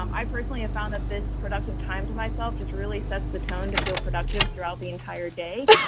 um i personally have found that this productive time to myself just really sets the tone to feel productive throughout the entire day.